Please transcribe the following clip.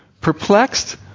perplexed